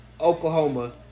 Oklahoma